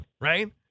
right